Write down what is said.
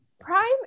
prime